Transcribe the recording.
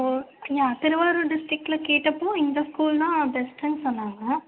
ஓ நான் திருவாரூர் டிஸ்ட்ரிக்டில் கேட்டப்போ இந்த ஸ்கூல்ன்னா பெஸ்ட்ன்னு சொன்னாங்க